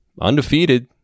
undefeated